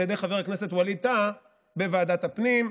על ידי חבר הכנסת ווליד טאהא בוועדת הפנים,